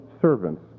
servants